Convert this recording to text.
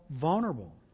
vulnerable